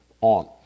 on